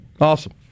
awesome